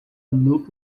look